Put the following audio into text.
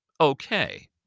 okay